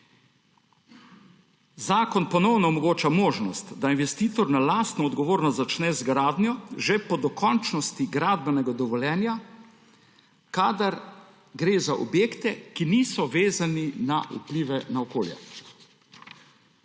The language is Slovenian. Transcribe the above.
Zakon ponovno omogoča, da investitor na lastno odgovornost začne z gradnjo že po dokončnosti gradbenega dovoljenja, kadar gre za objekte, ki niso vezani na vplive na okolje.